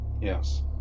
Yes